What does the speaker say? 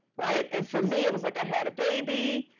right? and for me, it was like i had a baby,